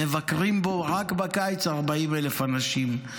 מבקרים בו רק בקיץ 40,000 אנשים.